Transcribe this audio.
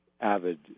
avid